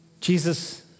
Jesus